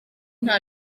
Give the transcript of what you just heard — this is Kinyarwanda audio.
nta